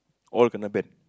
all kena ban